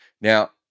now